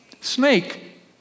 snake